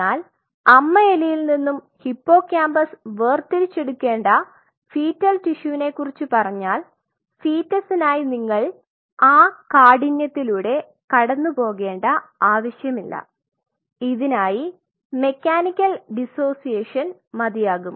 എന്നാൽ അമ്മ എലിയിൽ നിന്നും ഹിപ്പോകാമ്പസ് വേർതിരിച്ചെടുക്കേണ്ട ഫീറ്റൽ ടിഷ്യുവിനെ കുറിച്ച് പറഞ്ഞാൽ ഫീറ്റസിനായി നിങ്ങൾ ആ കാഠിന്യത്തിലൂടെ കടന്നുപോകേണ്ട ആവശ്യമില്ല ഇതിനായി മെക്കാനിക്കൽ ഡിസോസിയേഷൻ മതിയാകും